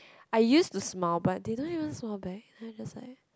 I used to smile but they don't even smile back then I just like